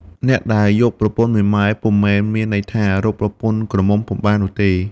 អ្នកដែលយកប្រពន្ធមេម៉ាយ ពុំមែនមានន័យថា រកប្រពន្ធក្រមុំពុំបាននោះទេ ។